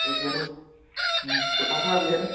তেতিয়াটো চুকাফাৰ যিহেতু